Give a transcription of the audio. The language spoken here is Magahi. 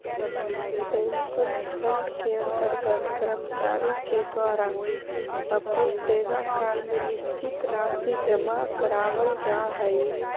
पेंशन फंड के अंतर्गत कर्मचारि के द्वारा अपन सेवाकाल में निश्चित राशि जमा करावाल जा हई